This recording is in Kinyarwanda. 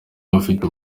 abafite